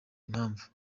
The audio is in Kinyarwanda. impamvu